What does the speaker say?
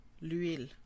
L'huile